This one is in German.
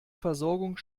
versorgung